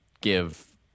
give